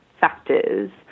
factors